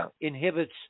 inhibits